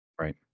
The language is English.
Right